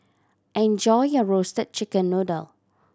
enjoy your Roasted Chicken Noodle